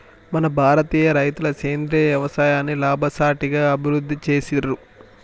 మన భారతీయ రైతులు సేంద్రీయ యవసాయాన్ని లాభసాటిగా అభివృద్ధి చేసిర్రు